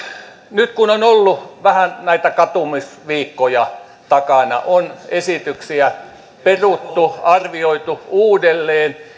nyt kun on ollut vähän näitä katumisviikkoja takana on esityksiä peruttu arvioitu uudelleen